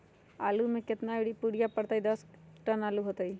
आलु म केतना यूरिया परतई की दस टन आलु होतई?